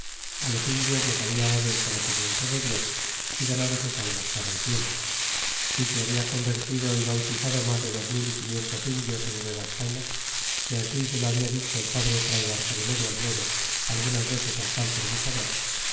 viejos los indios les habia dado el conocimiento de dios y ganado sus almas para el cielo é que habla convertido é bautizado mas de dos mil y quinientos indios en nuev a espaita que ansi se lo habia dicho el padre fray bartolome de olmedo algunas veces al tal predicador